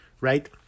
Right